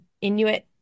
Inuit